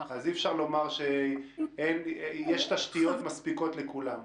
אז אי-אפשר לומר שיש תשתיות מספיקות לכולם.